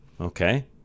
Okay